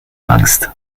angst